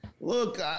Look